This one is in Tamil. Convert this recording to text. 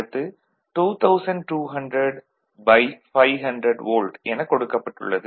அடுத்து 2200500 வோல்ட் எனக் கொடுக்கப்பட்டுள்ளது